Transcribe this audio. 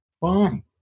Fine